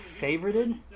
favorited